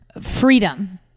freedom